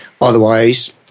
otherwise